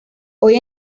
hoy